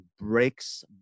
breaks